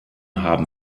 haben